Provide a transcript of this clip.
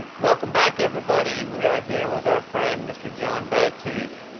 welcome back, everybody, we are here with our friend mr. jon batiste.